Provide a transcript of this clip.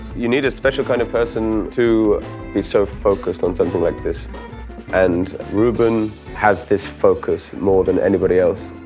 you need a special kind of person to be so focused on something like this and reuben has this focus more than anybody else.